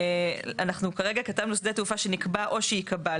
אנחנו כרגע כתבנו שדה תעופה שנקבע או שייקבע,